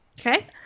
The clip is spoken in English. Okay